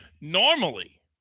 normally